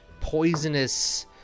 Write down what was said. poisonous